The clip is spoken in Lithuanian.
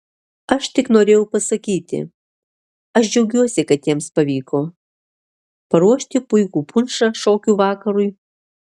aš tik norėjau pasakyti aš džiaugiuosi kad jiems pavyko paruošti puikų punšą šokių vakarui